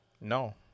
No